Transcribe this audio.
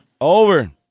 Over